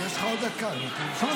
יש לך עוד דקה, תמשוך.